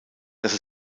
dass